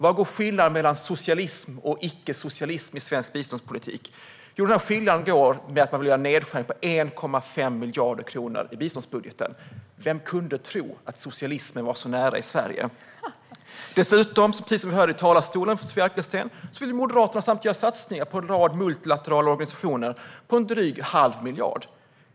Var går skillnaden mellan socialism och icke-socialism i svensk biståndspolitik? Jo, denna skillnad går vid att man vill göra nedskärningar på 1,5 miljarder kronor i biståndsbudgeten. Vem kunde tro att socialismen var så nära i Sverige? Dessutom vill Moderaterna, som vi hörde från Sofia Arkelsten i talarstolen, göra satsningar på en rad multilaterala organisationer som omfattar drygt en halv miljard.